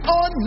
on